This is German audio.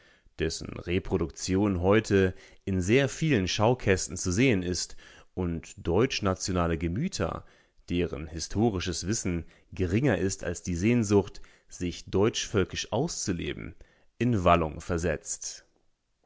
dessen reproduktion heute in sehr vielen schaukästen zu sehen ist und deutschnationale gemüter deren historisches wissen geringer ist als die sehnsucht sich deutschvölkisch auszuleben in wallung versetzt